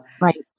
Right